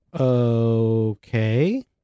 okay